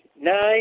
nine